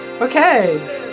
Okay